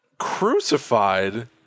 Crucified